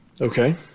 Okay